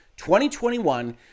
2021